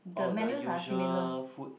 oh the usual food